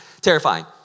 terrifying